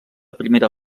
primera